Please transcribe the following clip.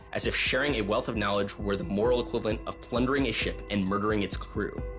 as if sharing a wealth of knowledge were the moral equivalent of plundering a ship and murdering its crew.